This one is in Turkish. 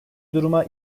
duruma